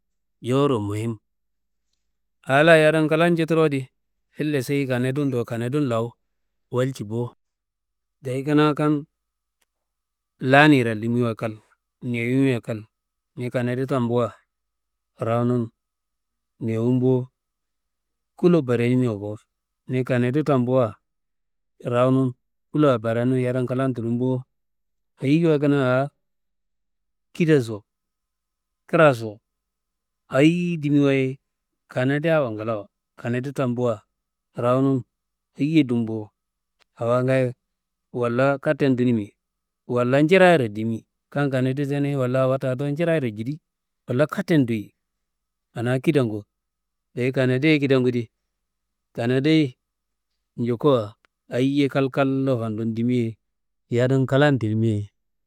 Jewuro muhim, aa la yadun lan njutulo di ille seyi kanadin do kanadin lawu walci bo. Dayi kanaa kan laan yiralimiwaye kal newuyiwa kal, ni kanadi tambua rawunum newum bo. Kulo barenimiwa ko ni kanedu tambua rawunum kulo barenun yadun klan tulum bo, ayiwaye kanaa aa kidaso, kraso, ayi dimiwaye kanadiawa nglawo, kanadi tambua rawunum ayiye dum bo, awo ngaayo walla katten dunimi, walla njirayiro dimi, kan kanadi tenu walla awa do njirayiro jidi, walla katten duyi, anaa kidangu. Dayi kaneduye kidangu di, kaneduyi njuko, ayiye kalkallo fandum dimi ye yadun klan tilimi ye.